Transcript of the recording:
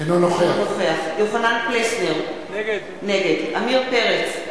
אינו נוכח יוחנן פלסנר, נגד עמיר פרץ,